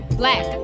black